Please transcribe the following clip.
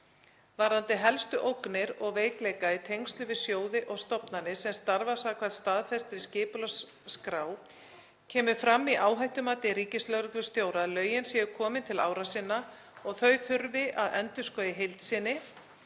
Varðandi helstu ógnir og veikleika í tengslum við sjóði og stofnanir sem starfa samkvæmt staðfestri skipulagsskrá kemur fram í áhættumati ríkislögreglustjóra að lögin séu komin til ára sinna og þau þurfi að endurskoða í heild sinni